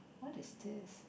what is this